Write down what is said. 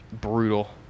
brutal